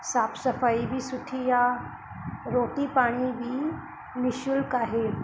साफ़ सफ़ाई बि सुठी आहे रोटी पाणी बि निशुल्क आहे